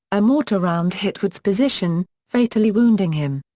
a mortar round hit woods' position, fatally wounding him.